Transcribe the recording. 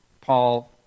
Paul